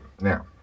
Now